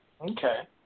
Okay